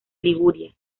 liguria